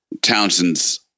Townsend's